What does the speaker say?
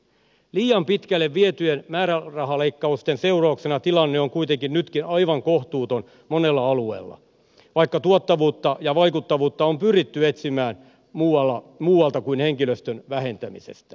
liian pitkälle vietyjen määrärahaleikkausten seurauksena tilanne on kuitenkin nytkin aivan kohtuuton monella alueella vaikka tuottavuutta ja vaikuttavuutta on pyritty etsimään muualta kuin henkilöstön vähentämisestä